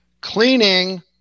cleaning